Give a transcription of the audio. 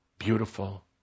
Beautiful